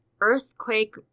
Earthquake